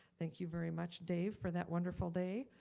thank you very much, dave, for that wonderful day.